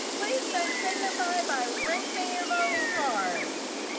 please so signify by raising your voting cards.